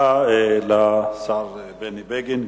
תודה לשר בני בגין.